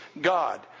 God